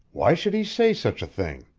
why should he say such a thing?